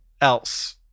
else